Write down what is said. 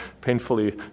painfully